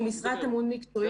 הוא משרת אמון מקצועית.